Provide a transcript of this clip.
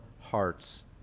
hearts